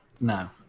No